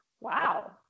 Wow